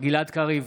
גלעד קריב,